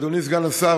אדוני סגן השר,